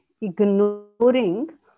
ignoring